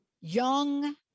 Young